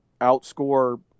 outscore